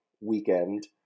weekend